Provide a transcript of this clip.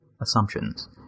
Assumptions